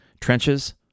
Trenches